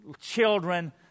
children